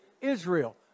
Israel